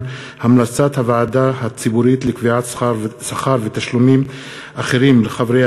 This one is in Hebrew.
המלצת הוועדה הציבורית לקביעת שכר ותשלומים אחרים לחברי